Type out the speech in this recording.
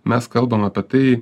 mes kalbam apie tai